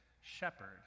shepherd